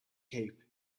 cape